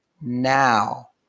now